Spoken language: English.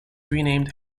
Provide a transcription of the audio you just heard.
renamed